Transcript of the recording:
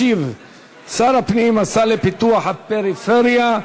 ישיב שר הפנים השר לפיתוח הפריפריה,